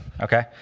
okay